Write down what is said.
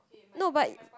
no but